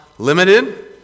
limited